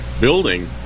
building